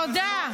תודה.